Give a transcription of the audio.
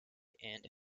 and